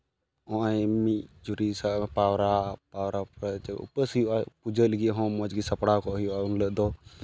ᱱᱚᱜᱼᱚᱸᱭ ᱢᱤᱫ ᱡᱩᱨᱤ ᱯᱟᱣᱨᱟ ᱯᱚᱨᱮᱛᱮ ᱩᱯᱟᱹᱥ ᱦᱩᱭᱩᱜᱼᱟ ᱯᱩᱡᱟᱹ ᱞᱟᱹᱜᱤᱫ ᱦᱚᱸ ᱢᱚᱡᱽ ᱜᱮ ᱥᱟᱯᱲᱟᱣ ᱠᱚᱜ ᱦᱩᱭᱩᱜᱼᱟ ᱩᱱ ᱦᱤᱞᱳᱜ ᱫᱚ